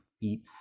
feet